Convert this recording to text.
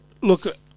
look